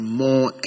more